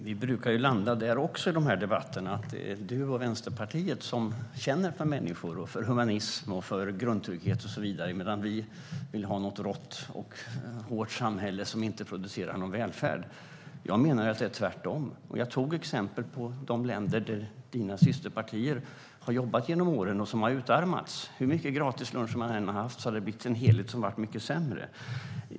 Herr talman! Vi brukar landa där i de här debatterna. Det är du och Vänsterpartiet som känner för människor, humanism, grundtrygghet och så vidare medan vi vill ha ett rått och hårt samhälle som inte producerar någon välfärd. Jag menar att det är tvärtom. Jag tog exempel på de länder där dina systerpartier har jobbat genom åren och som har utarmats. Hur mycket gratisluncher som man än har haft har det blivit en helhet som varit mycket sämre.